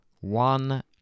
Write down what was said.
one